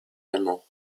allemands